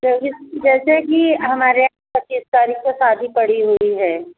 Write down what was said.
चौबीस जैसे कि हमारे यहाँ पच्चीस तारीख़ को शादी पड़ी हुई है